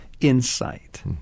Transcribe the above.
Insight